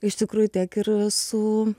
iš tikrųjų tiek ir su